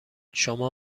شما